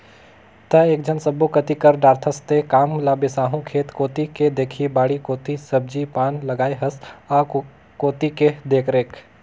त एकेझन सब्बो कति कर दारथस तें काम ल बिसाहू खेत कोती के देखही बाड़ी कोती सब्जी पान लगाय हस आ कोती के देखरेख